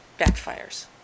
backfires